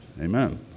Amen